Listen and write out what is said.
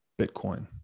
Bitcoin